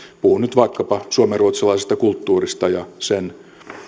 puhun nyt vaikkapa suomenruotsalaisesta kulttuurista ja sen